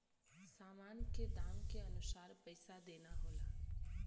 सामान के दाम के अनुसार पइसा देना होला